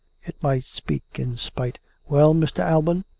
it might speak, in spite well, mr. alban?